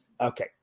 Okay